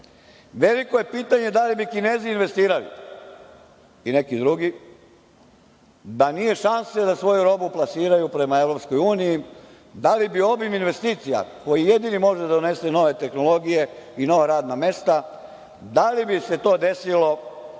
dolara. Veliko je pitanje da li bi Kinezi investirali i neki drugi da nije šansi da svoju robu plasiraju prema EU, da li bi ovim investicijama koji jedini može da donese nove tehnologije i nova radna mesta, da li bi se to desilo da nije